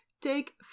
take